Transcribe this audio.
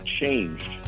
changed